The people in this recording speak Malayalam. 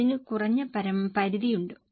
അതിനു കുറഞ്ഞ പരിധിയുണ്ട്